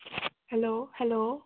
hello hello